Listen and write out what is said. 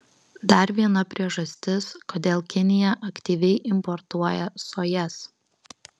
dar viena priežastis kodėl kinija aktyviai importuoja sojas